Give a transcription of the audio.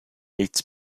its